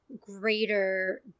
greater